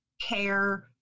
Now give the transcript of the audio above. care